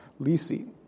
Lisi